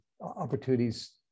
opportunities